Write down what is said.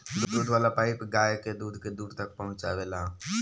दूध वाला पाइप गाय के दूध के दूर तक पहुचावेला